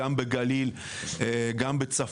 גם בגליל ובצפון,